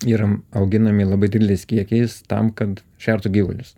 yram auginami labai dideliais kiekiais tam kad šertų gyvulius